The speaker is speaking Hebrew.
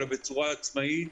אלא בצורה עצמאית,